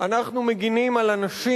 אנחנו מגינים על הנשים,